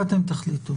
אבל אתם תחליטו.